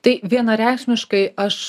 tai vienareikšmiškai aš